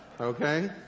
okay